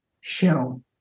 show